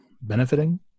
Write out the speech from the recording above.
benefiting